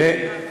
גם אתה.